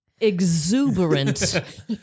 Exuberant